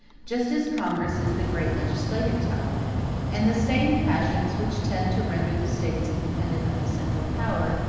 just as congress is the great legislative tie and the same passions which tend to render the states independent of the central power,